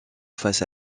face